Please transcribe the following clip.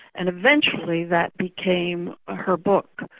and eventually that became her book,